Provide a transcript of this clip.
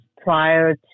prior